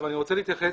אני רוצה להתייחס